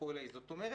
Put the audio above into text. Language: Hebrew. זאת אומרת,